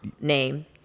name